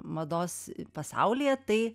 mados pasaulyje tai